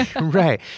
Right